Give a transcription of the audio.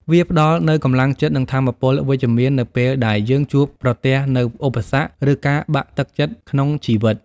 វាផ្ដល់នូវកម្លាំងចិត្ត និងថាមពលវិជ្ជមាននៅពេលដែលយើងជួបប្រទះនូវឧបសគ្គ ឬការបាក់ទឹកចិត្តក្នុងជីវិត។